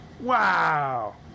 Wow